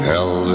Hell